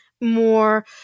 more